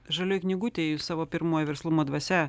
žalioj knygutėj jūs savo pirmoj verslumo dvasia